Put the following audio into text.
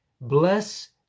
Bless